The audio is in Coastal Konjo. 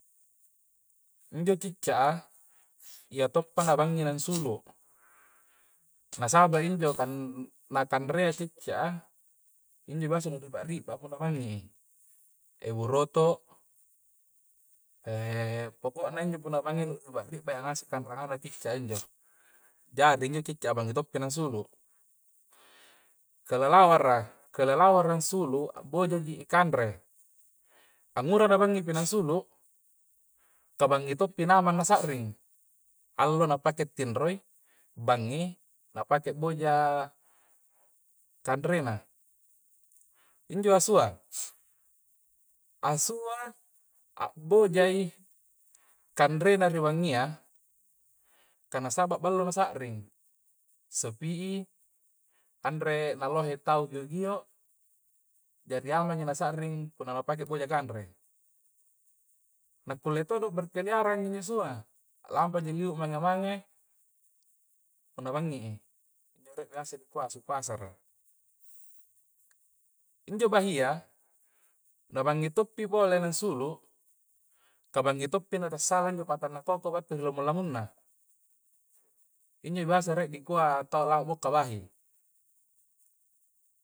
Injo cicca a iya tompa na banging nang sulu nasabai injo na kanrea cicca a injo biasa nu ri'ba-'ri'ba punna banging i, e buroto pokokna injo punna banging nu ri'ba-ri'ba iya ngase i kanranganna cicak a injo jari injo cicca a banging to pi nang sulu kalalawara, kakalawara ansulu a'boja ji i kanre, angngura ba banging nangsulu, to banging to pi naung manna sa'ring, allo na pakai tindro i banging napakai boja kanrena. Injo asua, asua a'bojai kanrena ri banging, kah nasaba ballo na sa'ring sepi'i anre lallohe tau' gio-gio jari amang ji na sa'ring punna mapakai boja kanre na kulle todo injo berkialarang assu, a lampa ji libu mange-mange punna banging i, injo biasa rie dikua asu pasara injo bahi ya, na banging to' pi pole nangsulu kah banging to'pa na tassala injo patang na toko battu ri lamung-lamung na. injo biasa rie dikua tau bo'ka bahi.